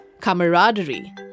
camaraderie